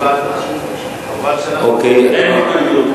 אין התנגדות.